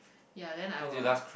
ya then I will